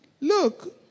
look